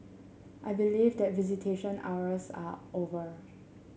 I believe that visitation hours are over